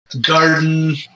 Garden